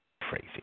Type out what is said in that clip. Crazy